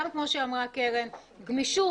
כמו שאמרה קרן, גמישות.